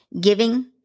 giving